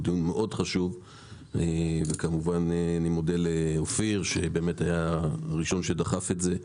זהו דיון מאוד חשוב ואני כמובן מודה לאופיר שהיה הראשון שדחף את זה.